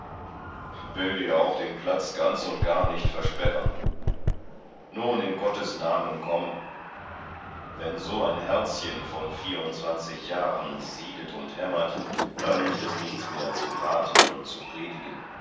will dir auch den platz ganz und gar nicht versperren nun in gottes namen komm wenn so ein herzchen von vierundzwanzig jahren siedet und hämmert da hilft es nichts mehr zu raten und zu predigen